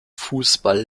fußball